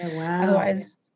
otherwise